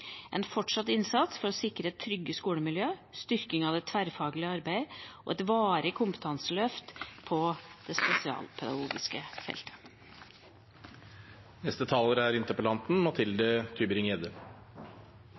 en fortsatt innsats for å sikre trygge skolemiljøer, styrking av det tverrfaglige samarbeidet og et varig kompetanseløft på det spesialpedagogiske feltet. Tusen takk for et konkret og godt svar. Jeg er